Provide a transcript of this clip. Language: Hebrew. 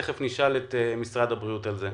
תכף נשאל את משרד הבריאות על כך,